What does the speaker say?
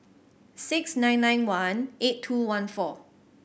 six nine nine one eight two one four